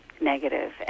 negative